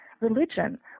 religion